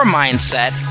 mindset